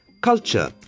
culture